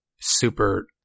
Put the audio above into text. super